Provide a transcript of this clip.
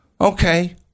Okay